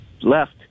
left